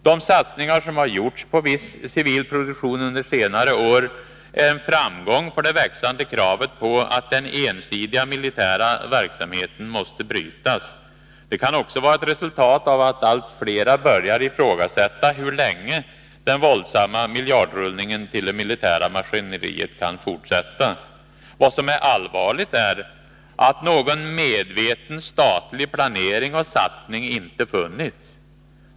De satsningar som har gjorts på viss civil produktion under senare år är en framgång för det växande kravet på att den ensidiga militära verksamheten måste brytas. Det kan också vara ett resultat av att allt fler börjar ifrågasätta hur länge den våldsamma miljardrullningen till det militära maskineriet kan fortsätta. Vad som är allvarligt är att någon medveten statlig planering och satsning inte funnits.